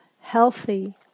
healthy